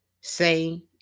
say